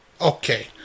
Okay